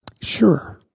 Sure